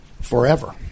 forever